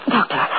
Doctor